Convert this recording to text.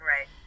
right